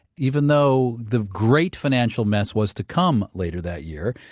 even though the great financial mess was to come later that year,